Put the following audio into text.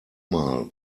mal